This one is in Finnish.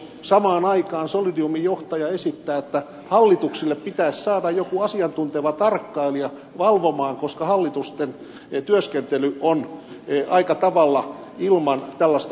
samaan aikaan solidiumin johtaja esittää että hallitukselle pitäisi saada joku asiantunteva tarkkailija valvomaan koska hallitusten työskentely on aika tavalla ilman tällaista kontrollia